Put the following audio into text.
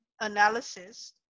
analysis